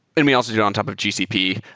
and we also do it on top of gcp.